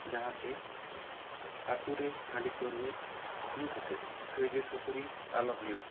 ᱡᱟᱦᱟᱸ ᱛᱮ ᱟᱹᱛᱩ ᱨᱮ ᱦᱟᱺᱰᱤ ᱯᱟᱹᱨᱣᱟᱹ ᱧᱩ ᱠᱟᱛᱮᱫ ᱠᱟᱹᱭᱡᱟᱹ ᱠᱷᱟᱹᱯᱟᱹᱨᱤ ᱟᱞᱚ ᱦᱩᱭᱩᱜ